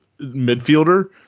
midfielder